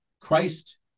Christ